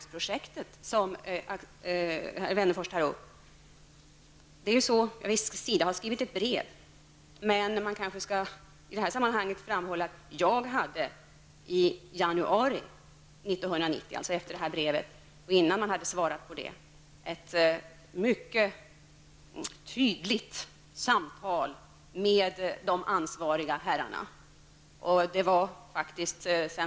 skrivit ett brev. Men man kanske i detta sammanhang skall framhålla att jag i januari 1990, efter det att brevet skrivits, men innan det besvarades, hade ett mycket tydligt samtal med de ansvariga herrarna.